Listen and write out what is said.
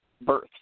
birth